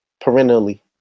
perennially